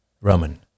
Roman